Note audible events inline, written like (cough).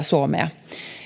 (unintelligible) suomea